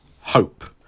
Hope